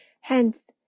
Hence